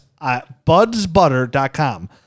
budsbutter.com